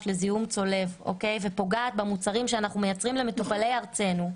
לזיהום צולב ופוגעת במוצרים שאנחנו מייצרים למטופלי ארצנו,